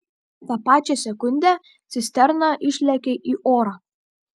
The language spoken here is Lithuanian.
tą pačią sekundę cisterna išlekia į orą